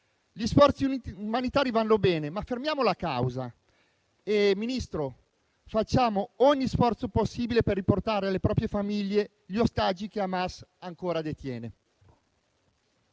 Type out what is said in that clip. Gli sforzi umanitari vanno bene, ma fermiamo la causa e, signor Ministro, facciamo ogni sforzo possibile per riportare alle proprie famiglie gli ostaggi che Hamas ancora detiene.